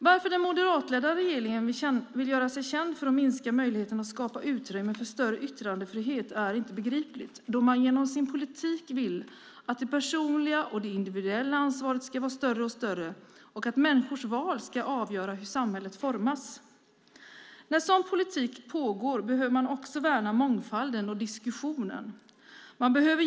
Varför den moderatledda regeringen vill göra sig känd för att minska möjligheten för att skapa utrymme för större yttrandefrihet är inte begripligt eftersom regeringen i sin politik vill att det personliga och individuella ansvaret ska vara större och att människors val ska avgöra hur samhället formas. Med en sådan politik behöver också mångfalden och diskussionen värnas.